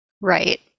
Right